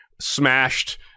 smashed